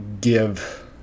give